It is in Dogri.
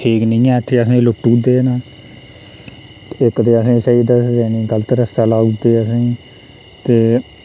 ठीक नी ऐ इत्थें असेंई लुट्टी ओड़दे न ते इक ते असेंई स्हेई दस्सदे नी गलत रस्ते लाउदे असेंई ते